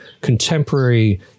contemporary